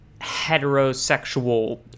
heterosexual